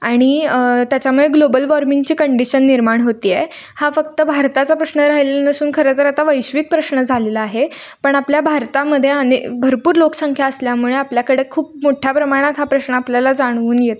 आणि त्याच्यामुळे ग्लोबल वॉर्मिंगची कंडिशन निर्माण होते आहे हा फक्त भारताचा प्रश्न राहिलेला नसून खरंतर आता वैश्विक प्रश्न झालेला आहे पण आपल्या भारतामध्ये अने भरपूर लोकसंख्या असल्यामुळं आपल्याकडं खूप मोठ्या प्रमाणात हा प्रश्न आपल्याला जाणवून येतो